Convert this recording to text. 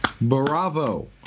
bravo